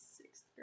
sixth